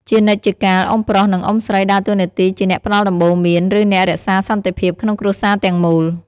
ជានិច្ចជាកាល អ៊ុំប្រុស និងអ៊ុំស្រីដើរតួនាទីជាអ្នកផ្តល់ដំបូន្មាន ឬអ្នករក្សាសន្តិភាពក្នុងគ្រួសារទាំងមូល។